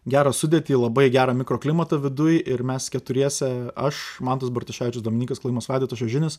gerą sudėtį labai gerą mikroklimatą viduj ir mes keturiese aš mantas bartuševičius dominykas klajumas vaidotas šiožinis